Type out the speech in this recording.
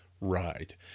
ride